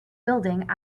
building